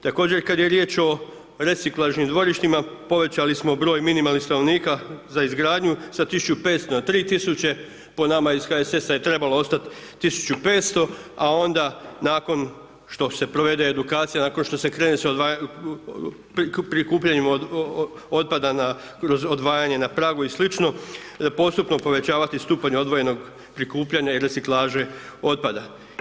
Također kada je riječ o reciklažnim dvorišta, povećali smo broj minimalnih stanovnika za izgradnju sa 1500 na 3000, po nama iz HSS-a je trebalo ostati 1500, a onda nakon što se provede edukacija, nakon što se krene s odvajanjem, prikupljanje otpada, kroz odvajanje na pragu i sličnu, postupno povećavati stupanj odvojenog prikupljanja i reciklaže otpada.